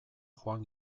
joan